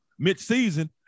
midseason